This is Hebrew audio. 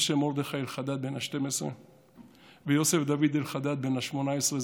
משה מרדכי אלחדד בן ה-12 ויוסף דוד אלחדד בן ה-18,